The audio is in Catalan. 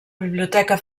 biblioteca